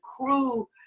crew